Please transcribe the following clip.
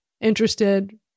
interested